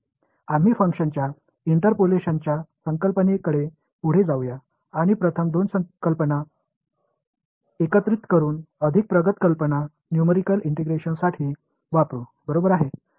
आम्ही फंक्शनच्या इंटरपोलेशनच्या कल्पनेकडे पुढे जाऊया आणि प्रथम दोन कल्पना एकत्रित करून अधिक प्रगत कल्पना न्यूमेरिकल इंटिग्रेशन साठी वापरू बरोबर आहे